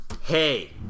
Hey